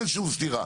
אין שום סתירה.